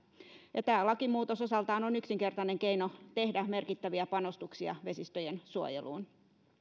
tämä lakimuutos osaltaan on yksinkertainen keino tehdä merkittäviä panostuksia vesistöjen suojeluun